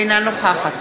אינה נוכחת